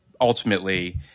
ultimately